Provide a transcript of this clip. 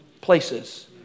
places